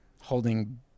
holding